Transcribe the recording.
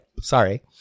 sorry